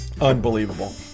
Unbelievable